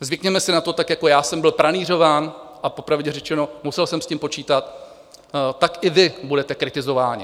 Zvykněme si na to, tak jako já jsem byl pranýřován, a popravdě řečeno, musel jsem s tím počítat, tak i vy budete kritizováni.